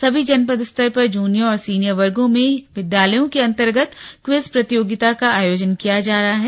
सभी जनपदस्तर पर जूनियर और सीनियर वर्गों में विद्यालयों के अंतर्गत क्विज प्रतियोगिता का आयोजन किया जा रहा है